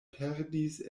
perdis